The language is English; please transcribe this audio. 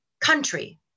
country